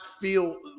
feel